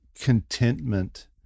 contentment